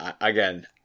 again